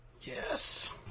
Yes